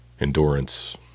endurance